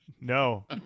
No